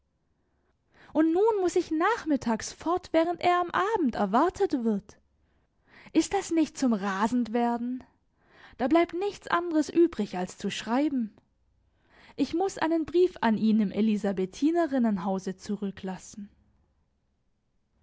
und nun muß ich nachmittags fort während er am abend erwartet wird ist das nicht zum rasendwerden da bleibt nichts andres übrig als zu schreiben ich muß einen brief an ihn im elisabethinerinnenhause zurücklassen